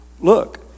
look